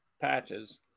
patches